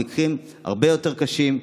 כשהמקרים הרבה יותר קשים,